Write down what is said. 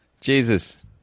Jesus